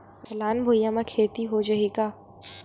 ढलान भुइयां म खेती हो जाही का?